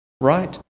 right